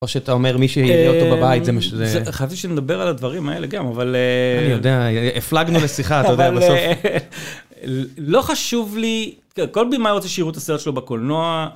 או שאתה אומר מי שיראה אותו בבית, זה מה שזה... חשבתי שנדבר על הדברים האלה גם, אבל... אני יודע, הפלגנו לשיחה, אתה יודע, בסוף. לא חשוב לי... כל במאי רוצה שירו את הסרט שלו בקולנוע.